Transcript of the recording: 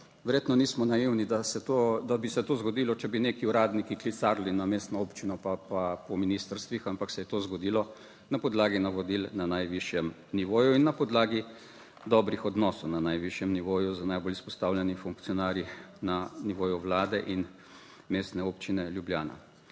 Verjetno nismo naivni, da se to, da bi se to zgodilo, če bi neki uradniki klicarili na mestno občino, pa po ministrstvih, ampak se je to zgodilo na podlagi navodil na najvišjem nivoju in na podlagi dobrih odnosov na najvišjem nivoju z najbolj izpostavljenimi funkcionarji na nivoju Vlade in Mestne občine Ljubljana.